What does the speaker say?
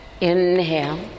Inhale